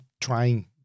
trying